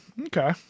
Okay